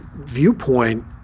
viewpoint